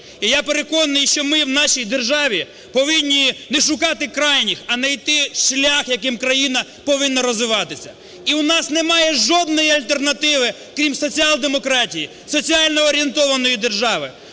І я переконаний, що ми у нашій державі повинні не шукати крайніх, а найти шлях, яким країна повинна розвиватися. І у нас немає жодної альтернативи, крім соціал-демократії, соціально орієнтованої держави.